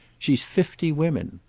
she's fifty women.